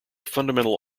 fundamental